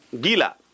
Gila